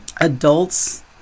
Adults